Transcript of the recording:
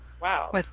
Wow